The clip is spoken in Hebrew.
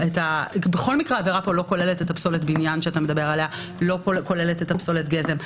כרגע הסעיף הזה לא כולל פסולת בניין או פסולת גזם,